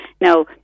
Now